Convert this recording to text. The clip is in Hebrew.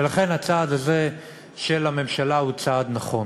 ולכן הצעד הזה של הממשלה הוא צעד נכון.